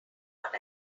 what